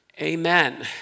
Amen